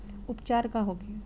उपचार का होखे?